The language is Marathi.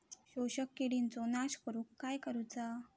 शोषक किडींचो नाश करूक काय करुचा?